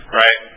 right